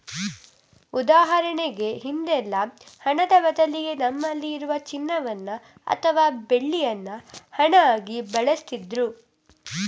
ಉದಾಹರಣೆಗೆ ಹಿಂದೆಲ್ಲ ಹಣದ ಬದಲಿಗೆ ನಮ್ಮಲ್ಲಿ ಇರುವ ಚಿನ್ನವನ್ನ ಅಥವಾ ಬೆಳ್ಳಿಯನ್ನ ಹಣ ಆಗಿ ಬಳಸ್ತಿದ್ರು